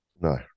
No